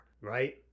right